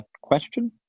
question